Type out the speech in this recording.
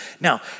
Now